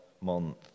month